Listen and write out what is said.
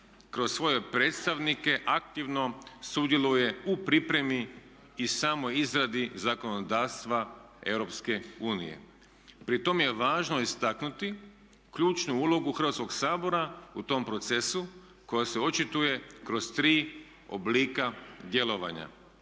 kroz svoje predstavnike aktivno sudjeluje u pripremi i samoj izradi zakonodavstva EU. Pri tome je važno istaknuti ključnu ulogu Hrvatskog sabora u tom procesu koja se očituje kroz tri oblika djelovanja.